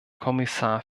kommissar